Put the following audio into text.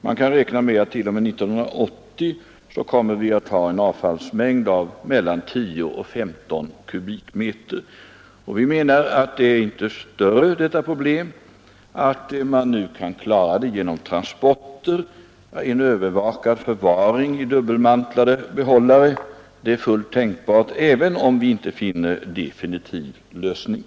Man kan räkna med att vi t.o.m. år 1980 kommer att ha en avfallsmängd av mellan 10 och 15 kubikmeter. Vi menar att detta problem nu inte är större än att man kan klara det genom transporter. En övervakad förvaring i dubbelmantlade behållare är fullt tänkbar — även om vi inte finner en annan definitiv lösning.